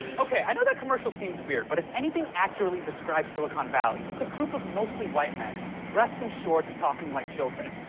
i know that commercial seems weird, but if anything accurately describes silicon valley, it's a group of mostly white men dressed in shorts, talking like children.